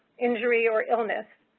injury or illness,